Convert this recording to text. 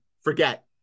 forget